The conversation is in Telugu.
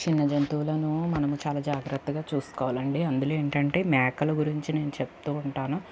చిన్న జంతువులను మనము చాలా జాగ్రత్తగా చూసుకోవాలండి అందులో ఏంటంటే మేకల గురించి నేను చెప్తూ ఉంటాను